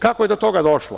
Kako je do toga došlo?